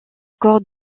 corps